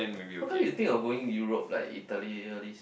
how come you think of going Europe like Italy all this